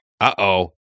Uh-oh